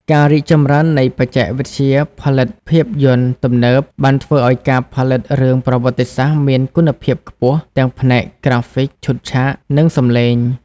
ការរីកចម្រើននៃបច្ចេកវិទ្យាផលិតភាពយន្តទំនើបបានធ្វើឲ្យការផលិតរឿងប្រវត្តិសាស្ត្រមានគុណភាពខ្ពស់ ទាំងផ្នែក ក្រាហ្វិក ឈុតឆាក និងសំឡេង។